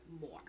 more